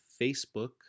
Facebook